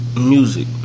Music